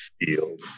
field